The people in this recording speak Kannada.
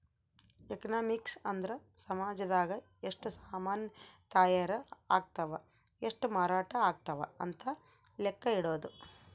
ಎಕನಾಮಿಕ್ಸ್ ಅಂದ್ರ ಸಾಮಜದಾಗ ಎಷ್ಟ ಸಾಮನ್ ತಾಯರ್ ಅಗ್ತವ್ ಎಷ್ಟ ಮಾರಾಟ ಅಗ್ತವ್ ಅಂತ ಲೆಕ್ಕ ಇಡೊದು